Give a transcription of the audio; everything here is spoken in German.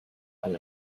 alle